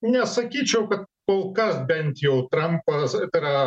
nesakyčiau kad kol kas bent jau trampas tai yra